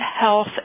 health